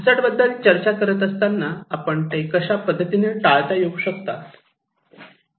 hazard बद्दल चर्चा करत असताना आपण ते कशा पद्धतीने टाळता येऊ शकतात